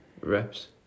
reps